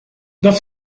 dans